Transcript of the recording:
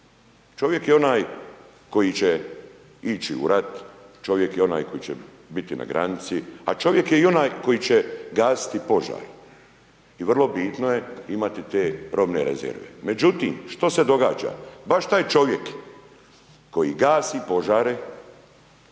Čovjek je onaj koji će ići u rat, čovjek je onaj koji će biti na granici, a čovjek je i onaj koji će gasiti požar i vrlo bitno je imati te robne rezerve. Međutim, što se događa, baš taj čovjek koji gasi požare,